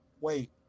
wait